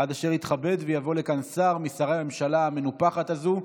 עד אשר יתכבד ויבוא לכאן שר משרי הממשלה המנופחת הזו,